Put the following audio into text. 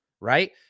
right